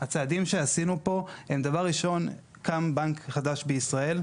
הצעדים שעשינו פה הם דבר ראשון קם בנק חדש בישראל,